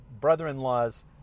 brother-in-law's